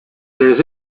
les